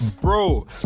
Bro